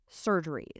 surgeries